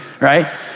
right